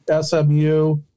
SMU